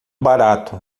barato